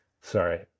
Sorry